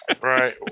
Right